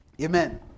Amen